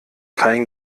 kein